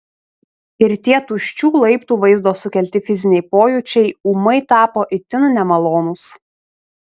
ir tie tuščių laiptų vaizdo sukelti fiziniai pojūčiai ūmai tapo itin nemalonūs